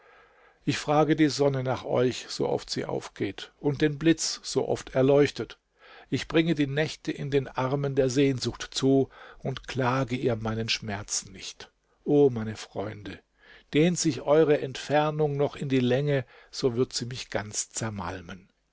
ich frage die sonne nach euch so oft sie aufgeht und den blitz so oft er leuchtet ich bringe die nächte in den armen der sehnsucht zu und klage ihr meinen schmerz nicht o meine freunde dehnt sich eure entfernung noch in die länge so wird sie mich ganz zermalmen